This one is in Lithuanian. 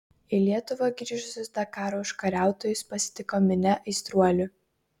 į lietuvą grįžusius dakaro užkariautojus pasitiko minia aistruolių